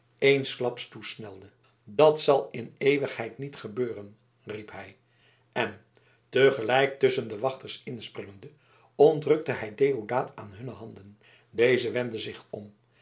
eensklaps toesnelde dat zal in eeuwigheid niet gebeuren riep hij en te gelijk tusschen de wachters inspringende ontrukte hij deodaat aan hunne handen deze wendde zich om